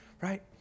right